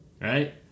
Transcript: Right